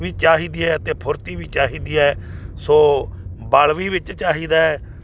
ਵੀ ਚਾਹੀਦੀ ਹੈ ਅਤੇ ਫੁਰਤੀ ਵੀ ਚਾਹੀਦੀ ਹੈ ਸੋ ਬਾਲ ਵੀ ਵਿੱਚ ਚਾਹੀਦਾ